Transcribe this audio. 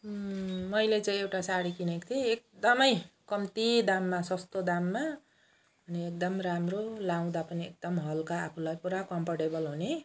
मैले चाहिँ एउटा साडी किनेको थिएँ एकदमै कम्ती दाममा सस्तो दाममा अनि एकदम राम्रो लाउँदा पनि एकदम हल्का आफूलाई एकदम कम्फर्टेबल हुने